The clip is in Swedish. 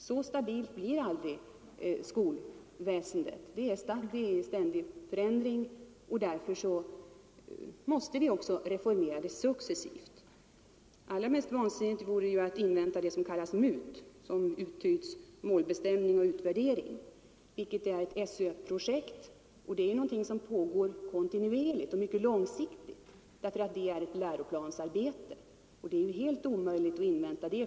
Så stabilt blir aldrig skolväsendet. Detta är underkastat en ständig förändring, och därför måste vi också reformera det successivt. Det är helt otänkbart att invänta SÖ-projektet MUT — Målbestämning och utvärdering. Det pågår kontinuerligt på mycket lång sikt som ett led i läroplansarbetet. Det är helt omöjligt att invänta resultatet av det arbetet.